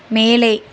மேலே